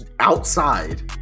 outside